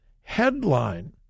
Headline